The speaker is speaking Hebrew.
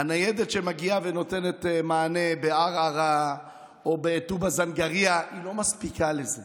הניידת שמגיעה ונותנת מענה בערערה או בטובא-זנגרייה לא מספיקה לזה.